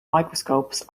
microscopes